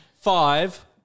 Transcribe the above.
five